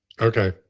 Okay